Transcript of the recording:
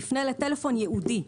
יפנה לטלפון ייעודי.